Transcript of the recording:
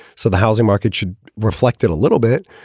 so the housing market should reflect it a little bit.